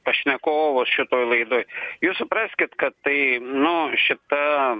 pašnekovus šitoj laidoj jūs supraskit kad tai nu šita